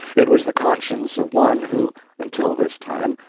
it was the conscience of one who, until this time,